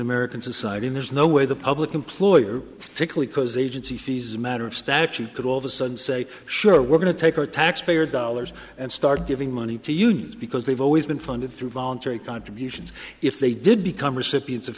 american society and there's no way the public employer tickly because agency fees as a matter of statute could all of a sudden say sure we're going to take our taxpayer dollars and start giving money to use because they've always been funded through voluntary contributions if they did become recipients of